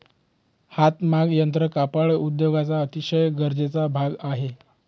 हातमाग यंत्र कापड उद्योगाचा अतिशय गरजेचा भाग आहे